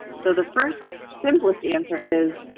so, the first, simplest answer is